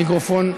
המיקרופון,